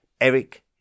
Eric